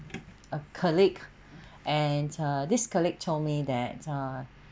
a colleague and err this colleague told me that uh